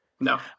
No